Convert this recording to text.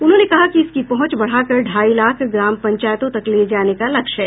उन्होंने कहा कि इसकी पहुंच बढ़ाकर ढाई लाख ग्राम पंचायतों तक ले जाने का लक्ष्य है